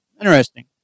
interesting